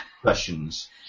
questions